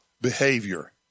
behavior